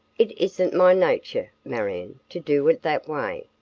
it isn't my nature, marion, to do it that way,